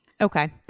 Okay